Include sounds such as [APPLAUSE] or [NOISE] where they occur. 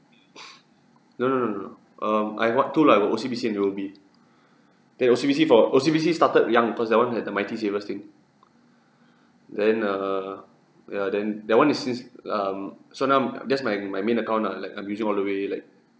[BREATH] no no no no no um I got two lah I got O_C_B_C and U_O_B then O_C_B_C for O_C_B_C started young because that one had the mighty savers thing then err ya then that one is since um so now that's my my main account lah like I'm using all the way like